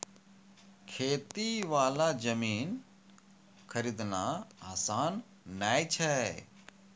खेती वाला जमीन खरीदना आसान नय छै